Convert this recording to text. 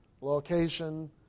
location